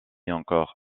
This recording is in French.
encore